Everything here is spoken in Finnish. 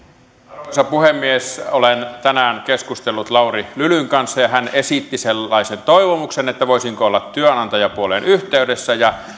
arvoisa puhemies olen tänään keskustellut lauri lylyn kanssa ja hän esitti toivomuksen että voisinko olla työnantajapuoleen yhteydessä ja